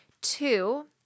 Two